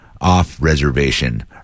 off-reservation